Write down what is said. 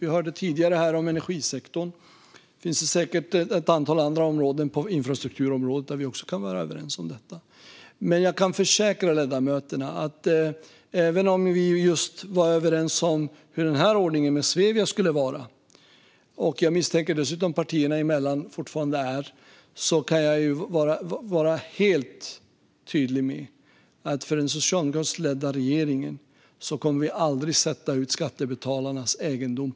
Vi hörde tidigare om energisektorn, och det finns säkert ett antal andra områden på infrastrukturområdet där vi också kan vara överens om detta. Jag kan försäkra ledamöterna: Även om vi var - och jag misstänker att partierna fortfarande är - överens om hur just ordningen med Svevia skulle se ut kan jag vara helt tydlig med att den socialdemokratiskt ledda regeringen aldrig kommer att rea ut skattebetalarnas egendom.